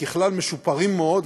ככלל משופרים מאוד,